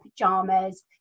pajamas